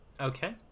okay